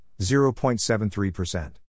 0.73%